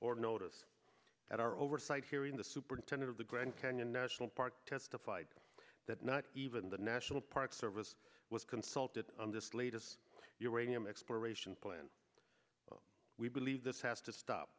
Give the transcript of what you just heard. or notice that our oversight hearing the superintendent of the grand canyon national park testified that not even the national park service was consulted on this latest uranium exploration plan we believe this has to stop